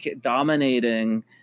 dominating